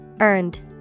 EARNED